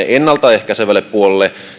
ennalta ehkäisevälle puolelle